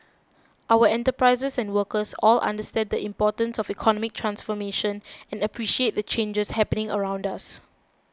our enterprises and workers all understand the importance of economic transformation and appreciate the changes happening around us